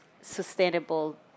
sustainable